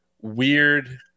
weird